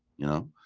you know.